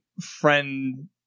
friend